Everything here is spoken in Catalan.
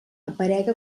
aparega